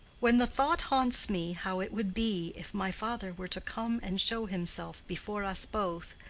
when the thought haunts me how it would be if my father were to come and show himself before us both,